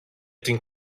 την